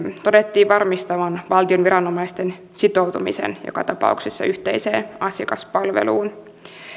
todettiin varmistavan valtion viranomaisten sitoutumisen joka tapauksessa yhteiseen asiakaspalveluun